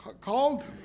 called